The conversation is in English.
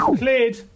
Cleared